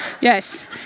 yes